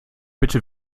bitte